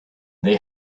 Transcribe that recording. they